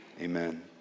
Amen